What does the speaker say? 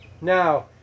Now